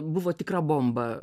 buvo tikra bomba